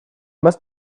must